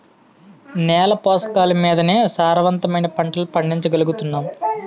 నేల పోషకాలమీదనే సారవంతమైన పంటలను పండించగలుగుతున్నాం